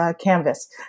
canvas